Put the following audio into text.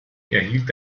erhielt